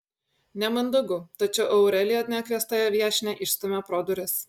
nemandagu tačiau aurelija nekviestąją viešnią išstumia pro duris